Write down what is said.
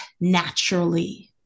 naturally